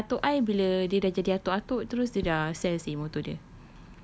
tak tahu macam atuk I bila dia dah jadi atuk-atuk terus dia dah sell seh motor dia